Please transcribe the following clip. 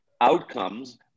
outcomes